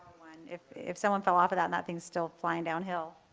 if if someone fell off of that nothing's still flying downhill.